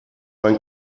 mein